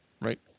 right